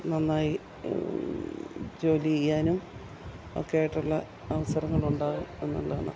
നന്നായി ജോലി ചെയ്യാനും ഒക്കെയായിട്ടുള്ള അവസരങ്ങളുണ്ടാവും എന്നുള്ളതാണ്